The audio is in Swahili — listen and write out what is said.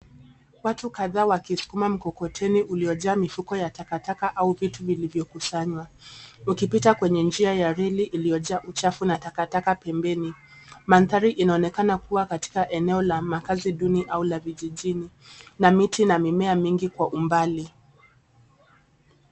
Watu kadhaa wakisukuma mikokoteni uliojaa mifuko ya takataka au viti vilivyokusanywa wakipita kwenye njia ya reli iliyojaa uchafu na takataka pembeni. Mandhari inaonekana kuwa ni ya makaazi duni au la vijijini na miti na mimea mingi kwa umbali.